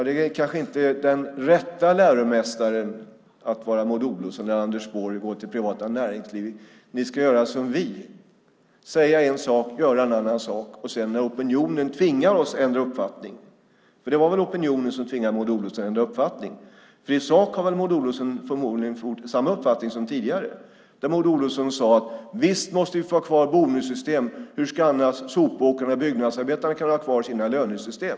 Det är kanske inte de rätta läromästarna när Maud Olofsson och Anders Borg går till privata näringslivet och säger: Ni ska göra som vi, säga en sak och göra en annan sak. Det var väl opinionen som tvingade Maud Olofsson att ändra uppfattning? I sak har väl Maud Olofsson samma uppfattning som tidigare? Maud Olofsson sade: Visst måste vi få ha kvar bonussystemen. Hur ska annars sopåkarna och byggnadsarbetarna kunna ha kvar sina lönesystem?